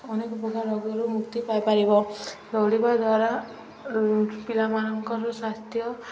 ଅନେକ ପ୍ରକାର ରୋଗରୁ ମୁକ୍ତି ପାଇପାରିବ ଦୌଡ଼ିବା ଦ୍ୱାରା ପିଲାମାନଙ୍କର ସ୍ୱାସ୍ଥ୍ୟ